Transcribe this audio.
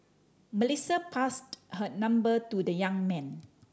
Melissa passed her number to the young man